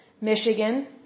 Michigan